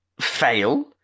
fail